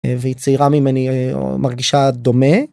והיא צעירה ממני או מרגישה דומה.